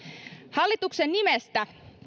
hallituksen nimestä